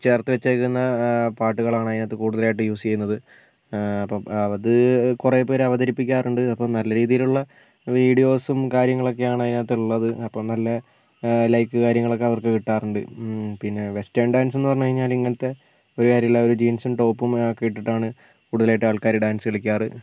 ചേർത്ത് വെച്ചേക്കുന്ന പാട്ടുകളാണ് അതിനകത്ത് കൂടുതലായിട്ടും യൂസ് ചെയ്യുന്നത് അപ്പോൾ അത് കുറെ പേർ അവതരിപ്പിക്കാറുണ്ട് അപ്പോൾ നല്ല രീതിയിലുള്ള വീഡിയോസും കാര്യങ്ങളൊക്കെയാണ് അതിനകത്ത് ഉള്ളത് അപ്പോൾ നല്ല ലൈക്ക് കാര്യങ്ങളൊക്കെ അവർക്ക് കിട്ടാറുണ്ട് പിന്നെ വെസ്റ്റേൺ ഡാൻസിന്ന് പറഞ്ഞ് കഴിഞ്ഞാൽ ഇങ്ങനത്തെ ഒരു കാര്യമില്ല ജീൻസും ടോപ്പും ഒക്കെ ഇട്ടിട്ടാണ് കൂടുതലായിട്ടും ആൾക്കാർ ഡാൻസ് കളിക്കാറ്